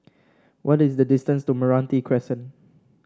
what is the distance to Meranti Crescent